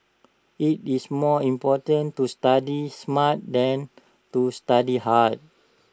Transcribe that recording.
IT is more important to study smart than to study hard